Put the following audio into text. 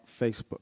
Facebook